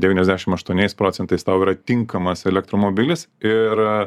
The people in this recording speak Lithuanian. devyniasdešimt aštuoniais procentais tau yra tinkamas elektromobilis ir a